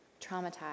traumatized